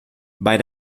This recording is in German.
bei